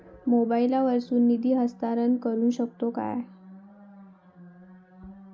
मोबाईला वर्सून निधी हस्तांतरण करू शकतो काय?